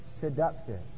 seductive